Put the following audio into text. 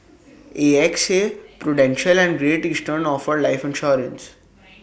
A X A prudential and great eastern offer life insurance